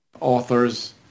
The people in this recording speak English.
authors